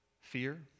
Fear